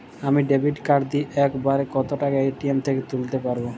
আমি debit card দিয়ে এক বারে কত টাকা এ.টি.এম থেকে তুলতে পারবো?